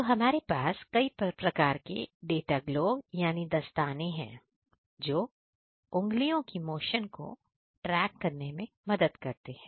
तो हमारे पास कई प्रकार के डाटा ग्लोवं यानी दास्ताने है जो उंगलियां उंगलियों की मोशन को ट्रैक करने में मदद करता है